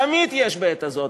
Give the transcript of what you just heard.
תמיד יש "בעת הזאת".